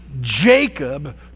Jacob